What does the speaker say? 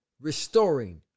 restoring